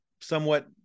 somewhat